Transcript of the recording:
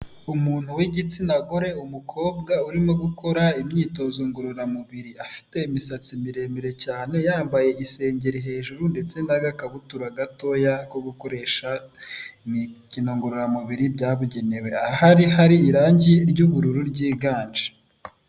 Umuntu w'igitsina gore umukobwa urimo gukora imyitozo ngororamubiri afite imisatsi miremire cyane yambaye isengeri hejuru ndetse n'agakabutura gatoya ko gukoresha imikino ngororamubiri byabugenewe ahari hari irangi ry'ubururu ryiganje .